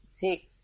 take